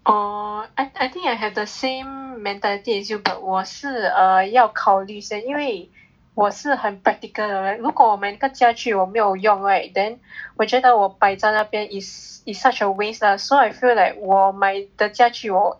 oh I I think I have the same mentality as you but 我是 err 要考虑一下因为我是很 practical 的人如果我买一个家具我没有用 right then 我觉得我摆在那边 is is such a waste lah so I feel like 我买的家具我